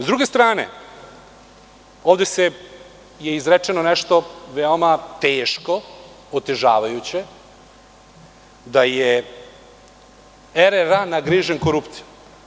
Sa druge strane, ovde je izrečeno nešto veoma teško, otežavajuće, da je RRA nagrižen korupcijom.